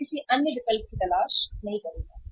मैं किसी अन्य विकल्प की तलाश नहीं करूंगा